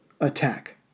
attack